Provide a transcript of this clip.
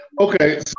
Okay